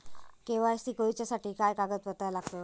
KYC करूच्यासाठी काय कागदपत्रा लागतत?